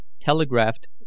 telegraphed